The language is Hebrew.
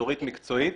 אזורית ומקצועית,